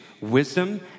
wisdom